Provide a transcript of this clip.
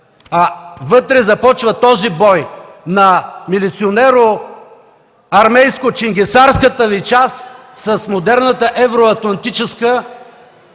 А вътре започва този бой на милиционеро-армейско-ченгесарската Ви част с модерната евроатлантическа,